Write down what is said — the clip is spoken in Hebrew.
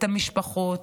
את המשפחות,